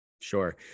Sure